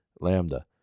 Lambda